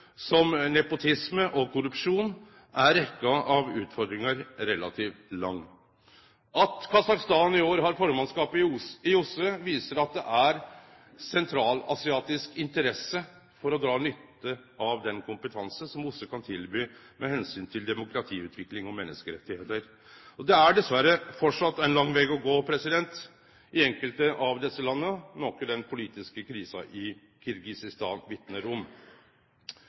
som nepotisme og korrupsjon, er rekkja av utfordringar relativt lang. At Kasakhstan i år har formannskapet i OSSE, viser at det er sentralasiatisk interesse for å dra nytte av den kompetansen som OSSE kan tilby med omsyn til demokratiutvikling og menneskerettar. Og det er dessverre framleis ein lang veg å gå for enkelte av desse landa, noko den politiske krisa i Kirgisistan vitnar om.